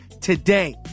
today